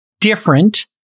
different